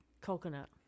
coconut